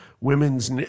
Women's